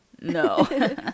No